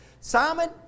Simon